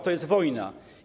To jest wojna.